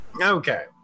Okay